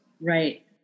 Right